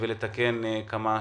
ולתקן כמה שיותר.